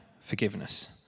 forgiveness